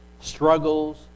struggles